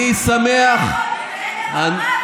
זאת מדיניות נכונה,